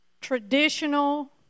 traditional